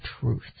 truth